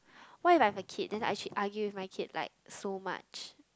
why if I have a kid then I should argue with my kid like so much